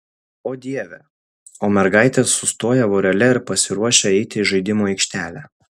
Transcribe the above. o dieve o mergaitės sustoja vorele ir pasiruošia eiti į žaidimų aikštelę